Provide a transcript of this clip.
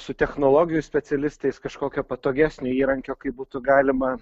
su technologijų specialistais kažkokio patogesnio įrankio kaip būtų galima